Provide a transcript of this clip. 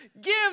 give